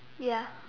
ya